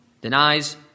denies